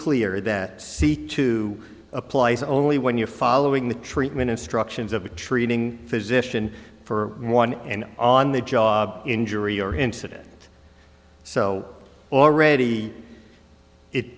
clear that c two applies only when you're following the treatment instructions of a treating physician for one and on the job injury or incident so already it